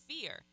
fear